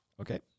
Okay